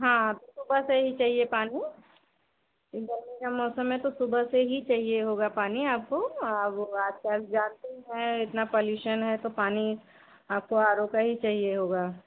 हाँ बस यही चाहिए पानी गर्मी का मौसम में तो सुबह से ही चाहिए होगा पानी आपको अब आज कल जानते ही हैं इतना पोल्यूश है तो पानी आपको आर ओ का ही चाहिए होगा